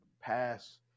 pass